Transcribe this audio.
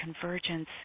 convergence